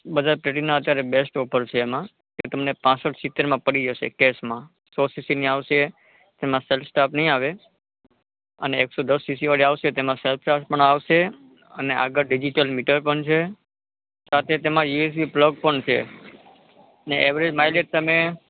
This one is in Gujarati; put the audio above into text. બજાજ પ્લેટિના અત્યારે બૅસ્ટ ઑફર છે એમાં તે તમને પાંસઠ સિત્તેરમાં પડી જશે કૅશમાં સો સીસીની આવશે તેમાં સેલ્ફ સ્ટાર્ટ નહીં આવે અને એકસો દસ સીસીવાળી આવશે જેમાં સેલ્ફ સ્ટાર્ટ પણ આવશે અને આગળ ડિજિટલ મીટર પણ છે સાથે તેમાં યુ એસ બી પ્લગ પણ છે અને એવરેજ માઈલેજ તમે